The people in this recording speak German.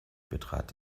betrat